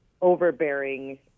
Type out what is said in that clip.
overbearing